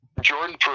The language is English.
Jordan